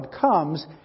comes